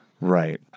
Right